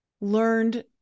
learned